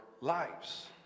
lives